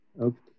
Okay